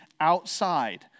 outside